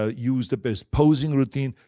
ah use the best posing routine.